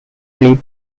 fleet